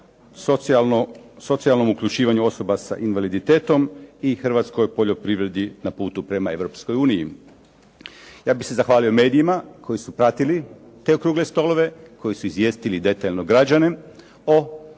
socijalnom uključivanju osoba sa invaliditetom i Hrvatskoj poljoprivredi na putu prema Europskoj uniji. Ja bih se zahvalio medijima koji su pratili te okrugle stolove i koji su izvijestili detaljno građane o